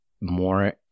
more